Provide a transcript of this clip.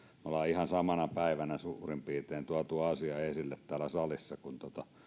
olemme ihan samana päivänä suurin piirtein tuoneet asian esille täällä salissa kuin